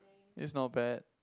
is not bad